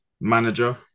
manager